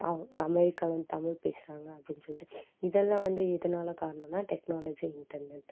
அமெரிக்காலருந்து தமிழ் பேசுகிறாங்க அப்டின்னு சொல்லிவிட்டு இதெல்லாம் வந்து எதனால காரணோனால் டெக்னாலஜி இன்டர்நெட்